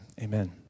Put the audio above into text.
Amen